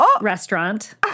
restaurant